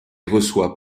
reçoit